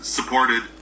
supported